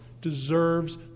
deserves